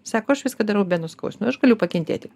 sako aš viską darau be nuskausminimo aš galiu pakentėti